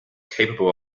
capable